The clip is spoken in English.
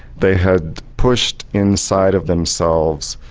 they had pushed inside of themselves,